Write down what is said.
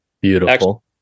Beautiful